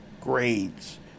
grades